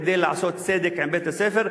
כדי לעשות צדק עם בית-הספר.